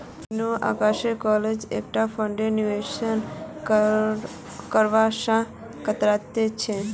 टिंकू अक्सर close end फंडत निवेश करवा स कतरा छेक